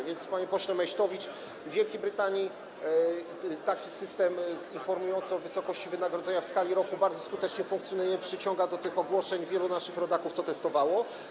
A więc, panie pośle Meysztowicz, w Wielkiej Brytanii taki system informujący o wysokości wynagrodzenia w skali roku bardzo skutecznie funkcjonuje, przyciąga do tych ogłoszeń, wielu naszych rodaków to testowało.